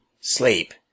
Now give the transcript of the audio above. Sleep